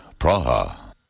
Praha